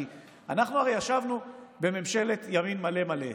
כי אנחנו הרי ישבנו בממשלת ימין מלא מלא,